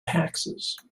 taxes